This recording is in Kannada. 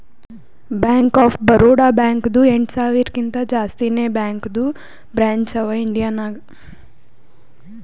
ಬ್ಯಾಂಕ್ ಆಫ್ ಬರೋಡಾ ಬ್ಯಾಂಕ್ದು ಎಂಟ ಸಾವಿರಕಿಂತಾ ಜಾಸ್ತಿನೇ ಬ್ಯಾಂಕದು ಬ್ರ್ಯಾಂಚ್ ಅವಾ ಇಂಡಿಯಾ ನಾಗ್